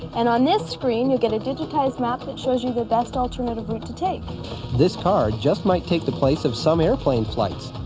and on this screen, you get a digitized map that shows you the best alternative route to take. reporter this car just might take the place of some airplane flights.